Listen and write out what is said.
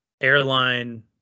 airline